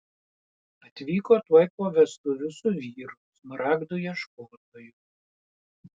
atvyko tuoj po vestuvių su vyru smaragdų ieškotoju